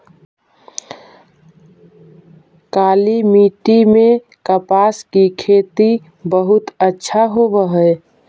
काली मिट्टी में कपास की खेती बहुत अच्छा होवअ हई